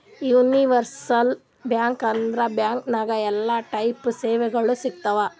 universal bank ಅಂದುರ್ bank ನಾಗ್ ಎಲ್ಲಾ ಟೈಪ್ ಸೇವೆಗೊಳ್ ಸಿಗ್ತಾವ್